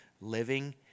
living